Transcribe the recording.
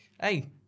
Hey